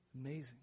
Amazing